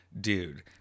dude